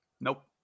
Nope